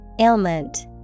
Ailment